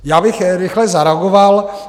Já bych rychle zareagoval.